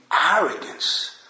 arrogance